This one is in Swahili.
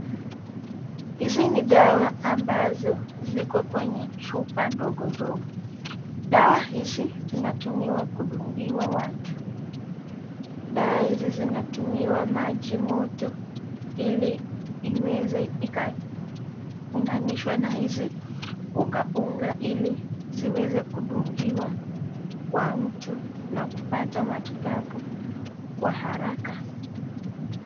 Hizi ni dawa ammbazo ziko kwenye chupa ndogo ndogo. dawa hizi inatumiwa kudungiwa watu. Dawa hizi zinatumiwa maji moto ili iweze ikaunganishwa na hizi unga unga ili iweze kudungiwa kwa mtu na kupata matibabu kwa haraka.